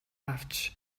авч